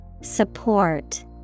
Support